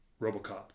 RoboCop